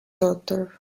daughter